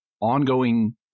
ongoing